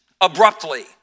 abruptly